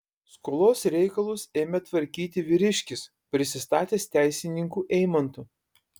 skolos reikalus ėmė tvarkyti vyriškis prisistatęs teisininku eimantu